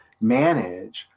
manage